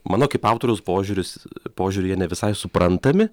mano kaip autoriaus požiūrius požiūriu jie ne visai suprantami